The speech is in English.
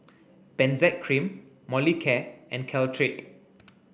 Benzac Cream Molicare and Caltrate